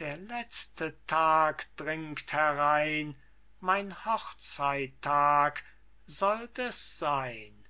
der letzte tag dringt herein mein hochzeittag sollt es seyn